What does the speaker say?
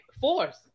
Force